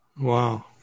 Wow